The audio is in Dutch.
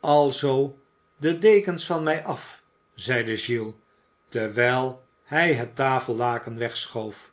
alzoo de dekens van mij af zeide giles terwijl hij het tafellaken wegschoof